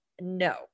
no